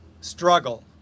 struggle